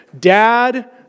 Dad